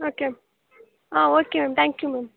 okay ah okay ma'am thank you ma'am